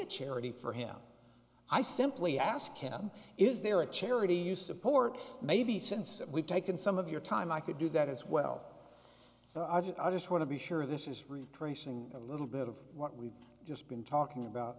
a charity for him i simply ask him is there a charity you support maybe since we've taken some of your time i could do that as well but i just want to be sure this is retracing a little bit of what we've just been talking about